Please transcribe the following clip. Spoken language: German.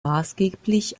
maßgeblich